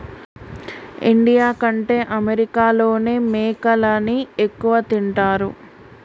India కంటే అమెరికాలోనే మేకలని ఎక్కువ తింటారు